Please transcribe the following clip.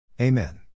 Amen